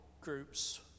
groups